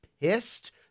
pissed